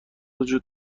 وجود